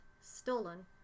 stolen